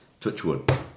Touchwood